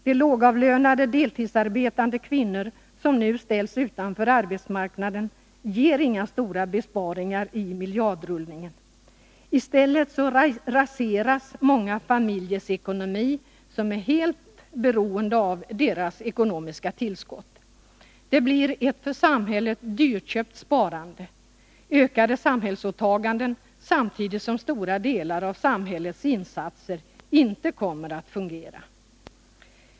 De lågavlönade deltidsarbetande kvinnor som nu ställs utanför arbetsmarknaden ger inga stora besparingar i miljardrullningen. I stället raseras många familjers ekonomi, som är helt beroende av kvinnornas ekonomiska tillskott. Det blir ett för samhället dyrköpt sparande. Det innebär ökade samhällsåtaganden samtidigt som stora delar av samhällets insatser inte kommer att fungera.